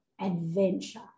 adventure